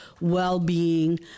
well-being